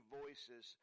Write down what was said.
voices